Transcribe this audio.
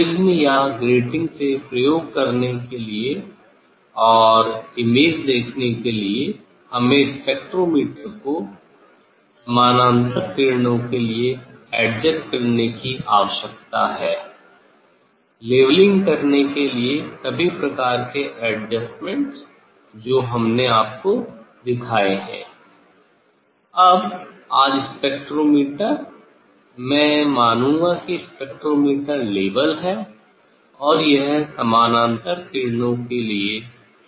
prism या grating से प्रयोग करने के लिए और इमेज देखने के लिए हमें स्पेक्ट्रोमीटर को समानांतर किरणों के लिए एडजस्ट करने की आवश्यकता है लेवलिंग करने के लिए सभी प्रकार के एडजस्टमेंट जो हमने आपको दिखाए हैं अब आज स्पेक्ट्रोमीटर मैं मानूंगा कि स्पेक्ट्रोमीटर लेवल है और यह समानांतर किरणों के लिए फोकस है